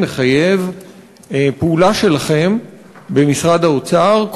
מחייב פעולה שלכם במשרד האוצר,